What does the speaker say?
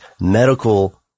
medical